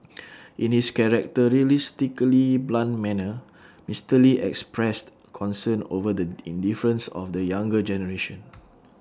in his characteristically blunt manner Mister lee expressed concern over the indifference of the younger generation